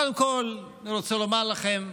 קודם כול, אני רוצה לומר לכם: